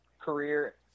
career